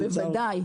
בוודאי.